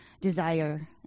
desire